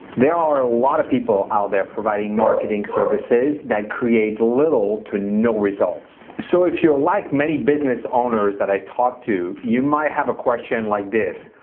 there are a lot of people out there that provide marketing services that create little to no results, so if you're like many business owners, that i talk to you, might have a question like this.